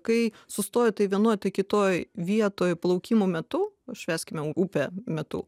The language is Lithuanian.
kai sustoji tai vienoj tai kitoj vietoj plaukimo metu švęskime upę metu